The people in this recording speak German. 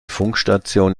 funkstation